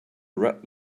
red